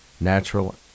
natural